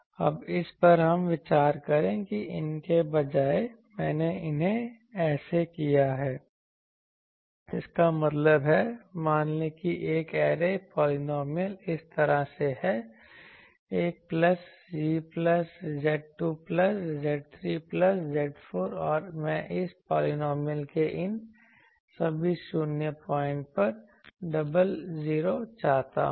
अब इस पर विचार करें कि इनके बजाय मैंने इन्हें ऐसा किया है इसका मतलब है मान लें कि एक ऐरे पॉलिनॉमियल इस तरह से है 1 plus Z plus Z2 plus Z3 plus Z4 और मैं इस पॉलिनॉमियल के इन सभी शून्य पॉइंट पर डबल 0 चाहता हूं